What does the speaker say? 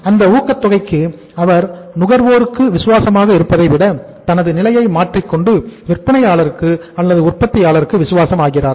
அந்த ஊக்கத்தொகைக்கு அவர் நுகர்வோருக்கு விசுவாசமாக இருப்பதை விட தனது நிலையை மாற்றிக் கொண்டு விற்பனையாளருக்கு அல்லது உற்பத்தியாளருக்கு விசுவாசம் ஆகிறார்